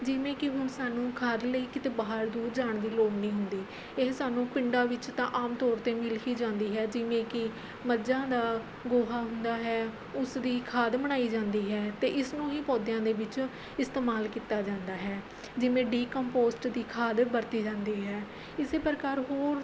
ਜਿਵੇਂ ਕਿ ਹੁਣ ਸਾਨੂੰ ਖਾਦ ਲਈ ਕਿਤੇ ਬਾਹਰ ਦੂਰ ਜਾਣ ਦੀ ਲੋੜ ਨਹੀਂ ਹੁੰਦੀ ਇਹ ਸਾਨੂੰ ਪਿੰਡਾਂ ਵਿੱਚ ਤਾਂ ਆਮ ਤੌਰ 'ਤੇ ਮਿਲ ਹੀ ਜਾਂਦੀ ਹੈ ਜਿਵੇਂ ਕਿ ਮੱਝਾਂ ਦਾ ਗੋਹਾ ਹੁੰਦਾ ਹੈ ਉਸ ਦੀ ਖਾਦ ਬਣਾਈ ਜਾਂਦੀ ਹੈ ਅਤੇ ਇਸਨੂੰ ਹੀ ਪੌਦਿਆਂ ਦੇ ਵਿੱਚ ਇਸਤੇਮਾਲ ਕੀਤਾ ਜਾਂਦਾ ਹੈ ਜਿਵੇਂ ਡੀ ਕੰਪੋਸਟ ਦੀ ਖਾਦ ਵਰਤੀ ਜਾਂਦੀ ਹੈ ਇਸ ਪ੍ਰਕਾਰ ਹੋਰ